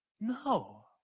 No